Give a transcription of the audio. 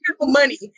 money